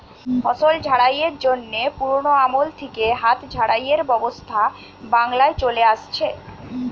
ফসল ঝাড়াইয়ের জন্যে পুরোনো আমল থিকে হাত ঝাড়াইয়ের ব্যবস্থা বাংলায় চলে আসছে